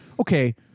okay